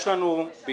יש לנו בניין